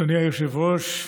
אדוני היושב-ראש,